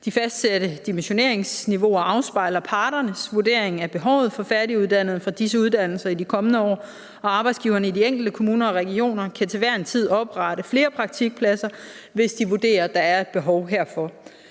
De fastsatte dimensioneringsniveauer afspejler parternes vurdering af behovet for færdiguddannede for disse uddannelser i de kommende år, og arbejdsgiverne i de enkelte kommuner og regioner kan til hver en tid oprette flere praktikpladser, hvis de vurderer, at der er et behov herfor.